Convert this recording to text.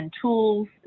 tools